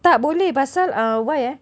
tak boleh pasal uh why ah